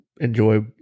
enjoy